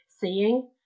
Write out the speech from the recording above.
seeing